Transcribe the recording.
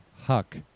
Huck